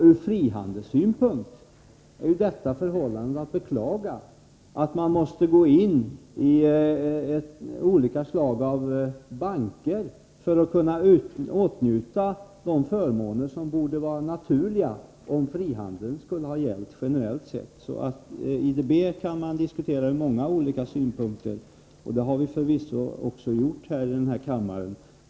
Ur frihandelssynpunkt är det förhållandet att beklaga, att man måste gå in i olika slag av banker för att kunna åtnjuta de förmåner som borde vara naturliga om frihandeln gällde generellt sett. Man kan diskutera IDB ur många olika synpunkter, och det har vi förvisso gjort i den här kammaren.